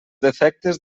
defectes